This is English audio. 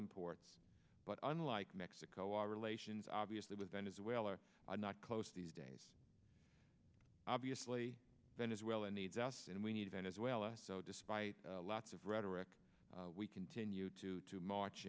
imports but unlike mexico our relations obviously with venezuela are not close these days obviously venezuela needs us and we need venezuela so despite lots of rhetoric we continue to to march